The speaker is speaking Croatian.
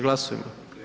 Glasujmo.